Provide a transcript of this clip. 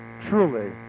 truly